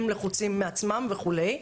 הם לחוצים מעצמם וכו'.